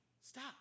stop